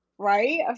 Right